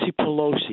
Pelosi